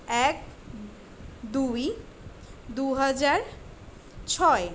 এক দুই দু হাজার ছয়